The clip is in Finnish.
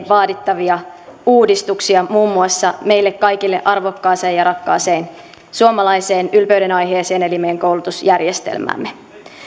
vaadittavia uudistuksia muun muassa meille kaikille arvokkaaseen ja rakkaaseen suomalaiseen ylpeydenaiheeseen eli meidän koulutusjärjestelmäämme